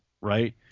Right